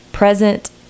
present